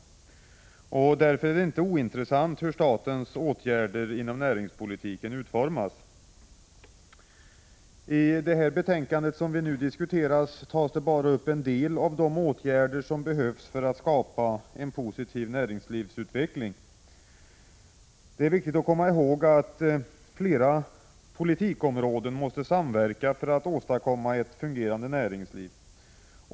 105 Därför är det inte ointressant hur statens åtgärder inom näringspolitiken utformas. I det betänkande som vi nu diskuterar tas upp bara en del av de åtgärder som behövs för att skapa en positiv näringslivsutveckling. Det är viktigt att komma ihåg att flera politikområden måste samverka för att åstadkomma ett fungerande näringsliv.